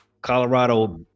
Colorado